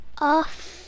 off